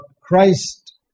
Christ